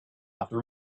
after